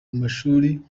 mumashuri